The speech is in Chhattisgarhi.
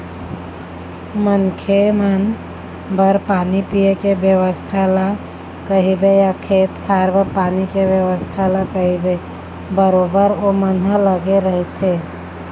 मनखे मन बर पानी पीए के बेवस्था ल कहिबे या खेत खार बर पानी के बेवस्था ल कहिबे बरोबर ओमन ह लगे रहिथे